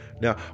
now